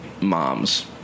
moms